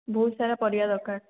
ବହୁତସାରା ପରିବା ଦରକାର